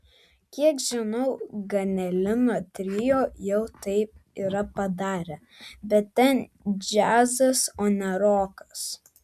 kiek žinau ganelino trio jau tai yra padarę bet ten džiazas o ne rokas